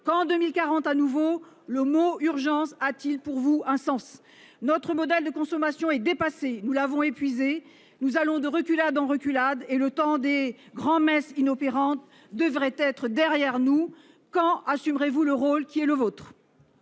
qu'en 2040 à nouveau ... Le mot urgence a-t-il pour vous un sens ? Notre modèle de consommation est dépassé, nous l'avons épuisé. Nous allons de reculade en reculade et le temps des grands-messes inopérantes devrait être derrière nous. Quand assumerez-vous votre rôle ? La parole est à